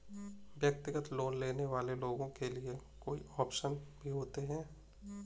व्यक्तिगत लोन लेने वाले लोगों के लिये कई आप्शन भी होते हैं